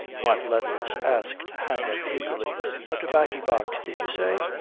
what letthers? asked hanlon eagerly a tobaccy-box, did you say?